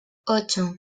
ocho